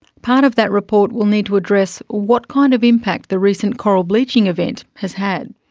part of that report will need to address what kind of impact the recent coral bleaching event has had.